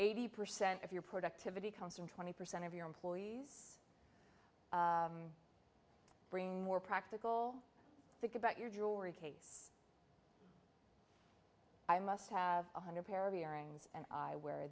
eighty percent of your productivity comes from twenty percent of your employees bring more practical think about your jewelry case i must have one hundred pair of earrings and i wear